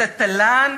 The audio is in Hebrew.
את התל"ן,